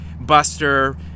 Buster